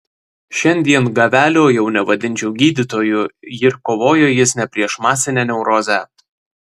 šiandien gavelio jau nevadinčiau gydytoju ir kovojo jis ne prieš masinę neurozę